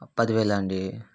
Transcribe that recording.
పదివేలా అండి